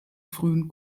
frühen